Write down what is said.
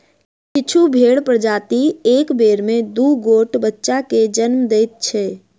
किछु भेंड़क प्रजाति एक बेर मे दू गोट बच्चा के जन्म दैत छै